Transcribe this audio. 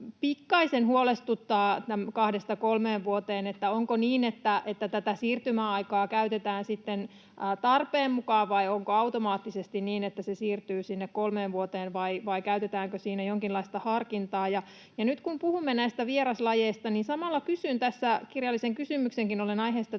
pikkaisen huolestuttaa, eli onkohan niin, että tätä siirtymäaikaa käytetään sitten tarpeen mukaan, vai onko automaattisesti niin, että se siirtyy sinne kolmeen vuoteen, vai käytetäänkö siinä jonkinlaista harkintaa? Nyt kun puhumme näistä vieraslajeista, niin samalla kysyn tässä — kirjallisen kysymyksenkin olen aiheesta